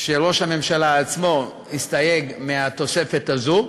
שראש הממשלה עצמו הסתייג מהתוספת הזו,